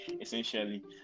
essentially